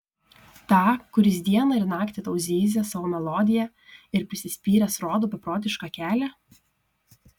tą kuris dieną ir naktį tau zyzia savo melodiją ir prisispyręs rodo beprotišką kelią